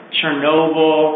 Chernobyl